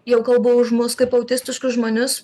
jau kalbu už mus kaip autistiškus žmonis